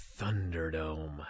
thunderdome